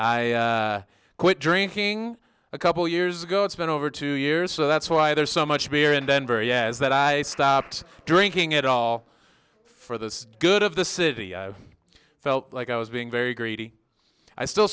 i quit drinking a couple years ago it's been over two years so that's why there's so much beer in denver yaz that i stopped drinking it all for the good of the city i felt like i was being very greedy i still